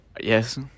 Yes